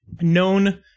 known